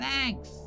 Thanks